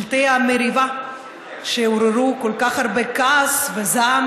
שלטי המריבה שעוררו כל כך הרבה כעס וזעם,